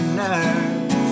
nerve